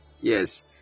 yes